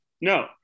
no